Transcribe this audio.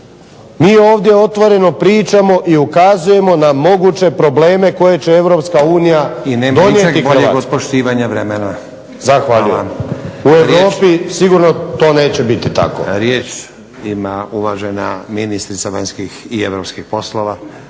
Mi ovdje otvoreno pričamo i ukazujemo na moguće probleme koje će Europska unija donijeti Hrvatskoj. …/Upadica Stazić: I nema ničeg bolje od poštivanja vremena./… Zahvaljujem. U Europi sigurno to neće biti tako. **Stazić, Nenad (SDP)** Riječ ima uvažena ministrica vanjskih i europskih poslova